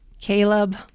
Caleb